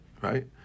Right